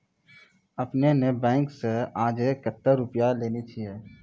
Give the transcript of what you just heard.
आपने ने बैंक से आजे कतो रुपिया लेने छियि?